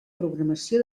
programació